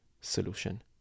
solution